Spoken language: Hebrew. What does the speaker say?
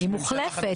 היא מוחלפת,